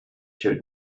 showed